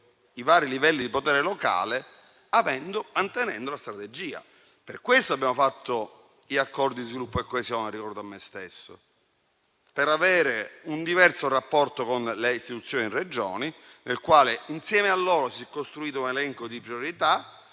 i vari livelli di potere locale, mantenendo la strategia. Per questo abbiamo stretto gli accordi di sviluppo e coesione: per avere un diverso rapporto con le istituzioni delle Regioni nel quale, insieme a loro, si è costruito un elenco di priorità